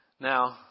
Now